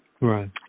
Right